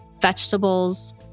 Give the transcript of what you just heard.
vegetables